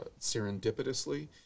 serendipitously